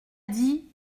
dit